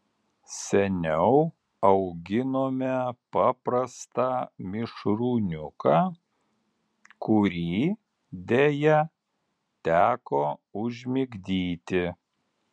seniau auginome paprastą mišrūniuką kurį deja teko užmigdyti